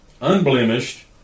unblemished